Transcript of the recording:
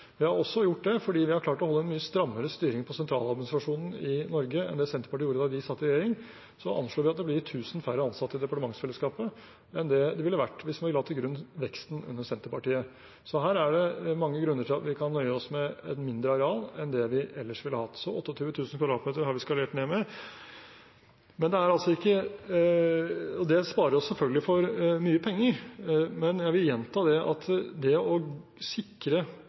Vi har også gjort det fordi vi har klart å holde en mye strammere styring på sentraladministrasjonen i Norge enn det Senterpartiet gjorde da de satt i regjering. Vi anslår at det blir 1 000 færre ansatte i departementsfellesskapet enn det det ville vært hvis man la til grunn veksten som var under Senterpartiet. Her er det mange grunner til at vi kan nøye oss med et mindre areal enn det vi ellers ville hatt – 28 000 kvadratmeter har vi skalert ned med. Det sparer oss selvfølgelig for mye penger, men jeg vil gjenta at det å sikre